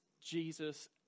Jesus